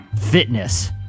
fitness